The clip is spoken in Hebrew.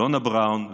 אלונה בראון,